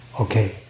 okay